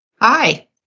Hi